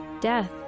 Death